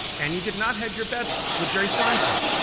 and you did not hedge your bets with jerry seinfeld.